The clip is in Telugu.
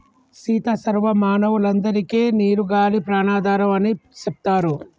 సీత సర్వ మానవులందరికే నీరు గాలి ప్రాణాధారం అని సెప్తారు